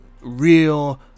Real